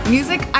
Music